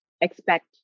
expect